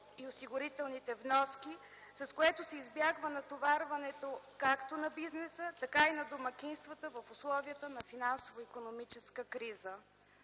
и осигурителните вноски, с което се избягва натоварването както на бизнеса, така и на домакинствата в условията на финансово-икономическа криза.